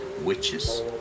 witches